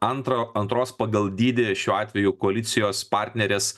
antro antros pagal dydį šiuo atveju koalicijos partnerės